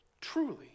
truly